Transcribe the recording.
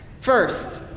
First